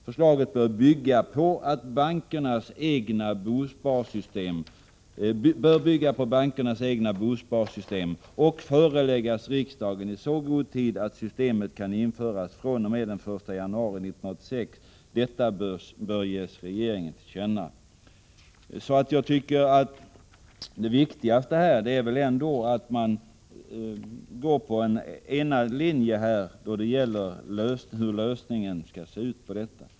Förslaget bör bygga på bankernas egna bosparsystem och föreläggas riksdagen i så god tid att systemet kan införas fr.o.m. den 1 januari 1986. Detta bör ges regeringen till känna.” Det viktigaste är väl ändå att man går på en enad linje vid lösningen av problemet.